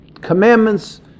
commandments